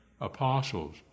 apostles